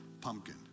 pumpkin